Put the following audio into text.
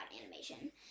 animation